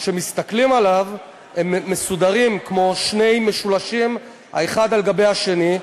וכשמסתכלים עליו רואים שהם מסודרים כמו שני משולשים האחד על גבי השני,